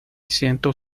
ciento